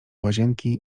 łazienki